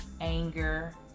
anger